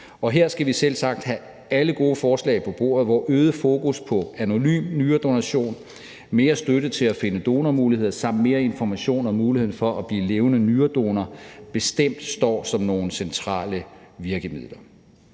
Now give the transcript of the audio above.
Her skal vi selvsagt have alle gode forslag på bordet, hvor øget fokus på anonym nyredonation, mere støtte til at finde donormuligheder samt mere information om muligheden for at blive levende nyredonor bestemt står som nogle centrale virkemidler.